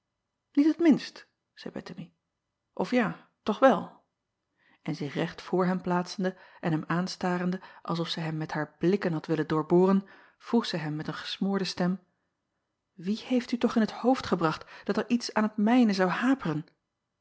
iet het minst zeî ettemie of ja toch wel en zich recht voor hem plaatsende en hem aanstarende als of zij hem met haar blikken had willen doorboren vroeg zij hem met een gesmoorde stem wie heeft u toch in t hoofd gebracht dat er iets aan t mijne zou haperen